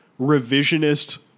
revisionist